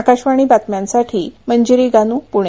आकाशवाणी बातम्यांसाठी मंजिरी गानू पुणे